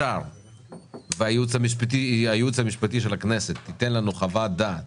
אם הייעוץ המשפטי של הכנסת ייתן לנו חוות דעת